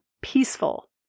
peaceful